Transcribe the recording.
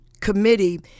committee